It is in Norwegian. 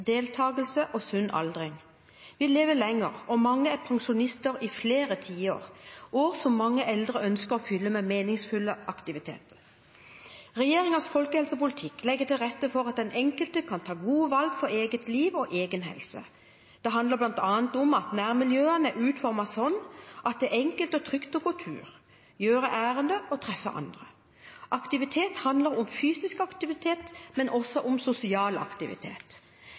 og sunn aldring. Vi lever lenger, og mange er pensjonister i flere tiår – år som mange eldre ønsker å fylle med meningsfulle aktiviteter. Regjeringens folkehelsepolitikk legger til rette for at den enkelte kan ta gode valg for eget liv og egen helse. Det handler bl.a. om at nærmiljøene er utformet slik at det er enkelt og trygt å gå tur, gjøre ærender og treffe andre. Aktivitet handler om fysisk aktivitet, men også om sosial aktivitet.